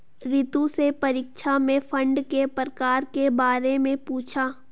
रितु से परीक्षा में फंड के प्रकार के बारे में पूछा